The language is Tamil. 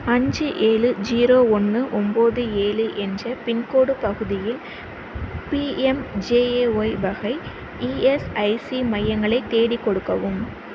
அஞ்சு ஏழு ஜீரோ ஒன்று ஒம்பது ஏழு என்ற பின்கோடு பகுதியில் பிஎம்ஜெஏஒய் வகை இஎஸ்ஐசி மையங்களைத் தேடிக் கொடுக்கவும்